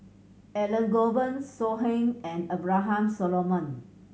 Elangovan So Heng and Abraham Solomon